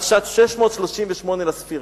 עד שנת 638 לספירה,